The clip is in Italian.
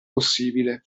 possibile